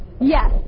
Yes